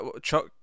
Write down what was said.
Chuck